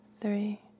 three